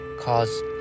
cause